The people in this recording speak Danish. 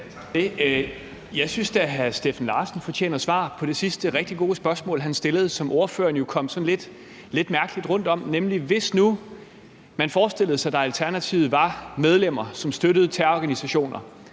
Jeg synes da, hr. Steffen Larsen fortjener svar på det sidste rigtig gode spørgsmål, han stillede, og som ordføreren jo kom lidt mærkeligt rundtom, nemlig: Hvis nu man forestillede sig, at der i Alternativet var medlemmer, som støttede terrororganisationer,